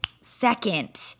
second